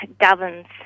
governs